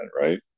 right